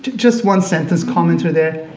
just one sentence commentary there.